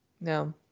no